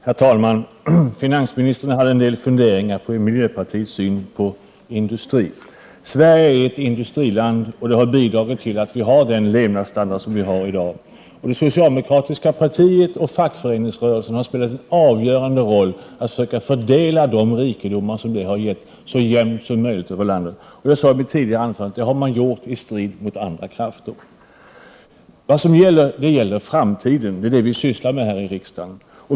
Herr talman! Finansministern hade en del funderingar om miljöpartiets syn på industrin. Sverige är ett industriland. Det har bidragit till att vi har den levnadsstandard som vi har i dag. Det socialdemokratiska partiet och fackföreningsrörelsen har spelat en avgörande roll att söka fördela jämnt över landet de rikedomar som industrisamhället har gett. Jag sade i mitt tidigare anförande att man gjort detta i strid mot andra krafter. Men nu gäller det framtiden — det är det som vi sysslar med här i riksdagen.